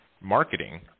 marketing